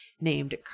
named